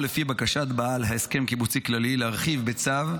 או לפי בקשת בעל הסכם קיבוצי כללי, להרחיב, בצו,